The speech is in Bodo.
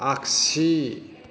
आख्सि